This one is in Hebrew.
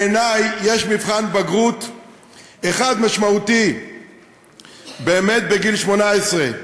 בעיני, יש מבחן בגרות אחד משמעותי באמת בגיל 18,